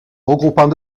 regroupant